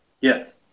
yes